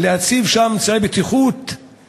להציב שם אמצעי בטיחות,